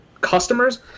customers